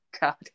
God